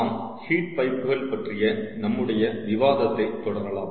நாம் ஹீட் பைப்புகள் பற்றிய நம்முடைய விவாதத்தை தொடரலாம்